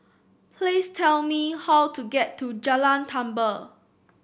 please tell me how to get to Jalan Tambur